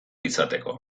izateko